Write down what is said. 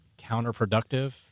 counterproductive